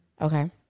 Okay